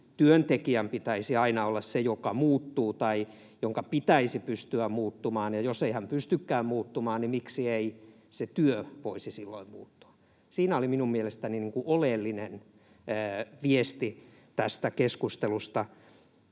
työntekijän pitäisi aina olla se, joka muuttuu tai jonka pitäisi pystyä muuttumaan, ja jos ei hän pystykään muuttumaan, niin miksi ei se työ voisi silloin muuttua. Siinä oli minun mielestäni oleellinen viesti tästä keskustelusta